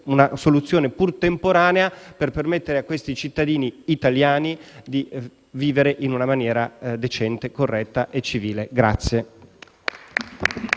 una soluzione, pur temporanea, per permettere a questi cittadini italiani di vivere in una maniera decente, corretta e civile.